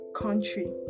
country